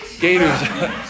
Gators